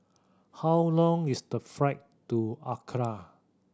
how long is the flight to Accra